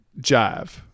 jive